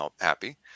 happy